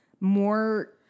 more